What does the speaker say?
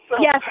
Yes